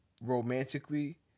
Romantically